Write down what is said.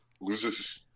loses